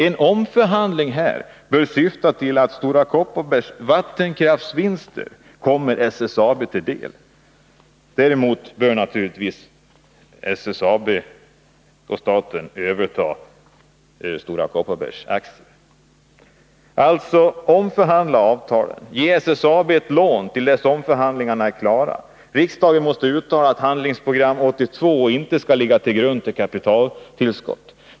En omförhandling bör syfta till att Stora Kopparbergs vattenkraftsvinst kommer SSAB till del. Däremot bör naturligtvis SSAB och staten överta Stora Kopparbergs aktier. Omförhandla alltså avtalen! Ge SSAB ett lån till dess omförhandlingarna är klara! Riksdagen måste uttala att Handlingsprogram 1982 inte skall ligga till grund för kapitaltillskott.